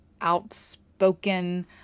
outspoken